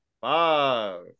five